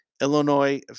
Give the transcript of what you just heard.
Illinois